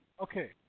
okay